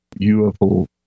UFO